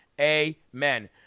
Amen